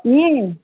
ईअं